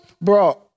Bro